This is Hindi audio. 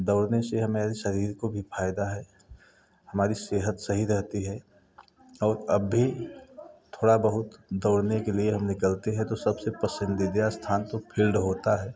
दौड़ने से हमारे शरीर को भी फायदा है हमारी सेहत सही रहती है और अब भी थोड़ा बहुत दौड़ने के लिए हम निकलते हैं तो सब से पसंदीदा स्थान तो फील्ड होता है